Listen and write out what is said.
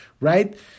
Right